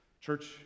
Church